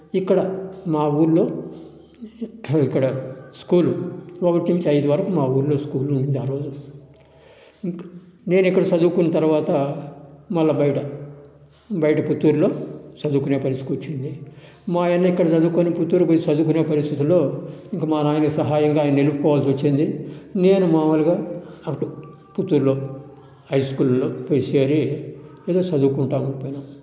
ఇక్కడ మా ఊర్లో ఇక్కడ స్కూల్ ఒకటి నుంచి ఐదు వరకు స్కూల్ ఉన్నింది ఆ రోజుల్లో ఇంక్ నేను ఇక్కడ చదువుకున్న తర్వాత మల్ల బయట బయట పుత్తూరులో చదువుకునే పరిస్థితికి వచ్చింది మా అన్న ఇక్కడ చదువుకొని పుత్తూరుకి పోయి చదువుకునే పరిస్థితిలో ఇంకా మా నాయన సహాయంగా ఆయన నిలుపుకోవాల్సి వచ్చింది నేను మామూలుగా అప్పుడు పుత్తూరులో హై స్కూల్లో పోయి చేరి ఎదో చదువుకుంటాను పోయినాం